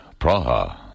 Praha